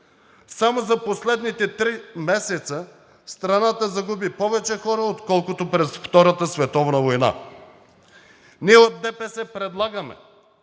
Само за последните три месеца страната загуби повече хора, отколкото през Втората световна война. Ние от ДПС предлагаме